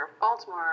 Baltimore